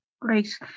Great